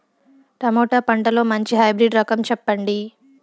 Tomato పంటలో మంచి hybrid రకం చెప్పండి?